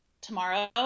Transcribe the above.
tomorrow